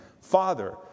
Father